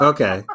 Okay